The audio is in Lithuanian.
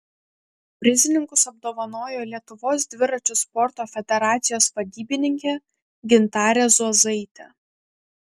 prizininkus apdovanojo lietuvos dviračių sporto federacijos vadybininkė gintarė zuozaitė